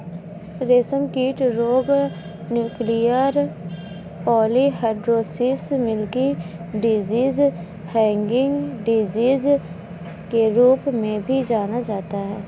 रेशमकीट रोग nuclear polyhedrosis, milky disease, hanging disease के रूप में भी जाना जाता है